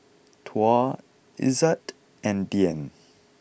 Tuah Izzat and Dian